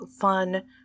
fun